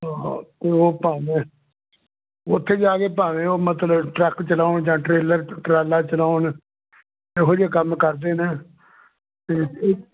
ਹਾਂ ਅਤੇ ਉਹ ਭਾਵੇਂ ਉੱਥੇ ਜਾ ਕੇ ਭਾਵੇਂ ਉਹ ਮਤਲਬ ਟਰੱਕ ਚਲਾਉਣ ਜਾਂ ਟਰੇਲਰ ਟਰਾਲਾ ਚਲਾਉਣ ਇਹੋ ਜਿਹੇ ਕੰਮ ਕਰਦੇ ਨੇ ਅਤੇ ਏ